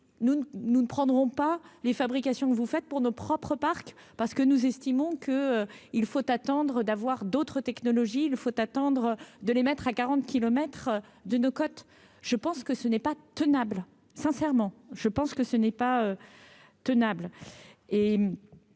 nous ne prendrons pas les fabrications que vous faites pour nos propres Park parce que nous estimons qu'il faut attendre d'avoir d'autres technologies il faut attendre de les mettre à 40 kilomètres de nos côtes, je pense que ce n'est pas tenable, sincèrement, je pense que ce n'est pas tenable